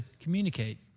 communicate